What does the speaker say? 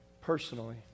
personally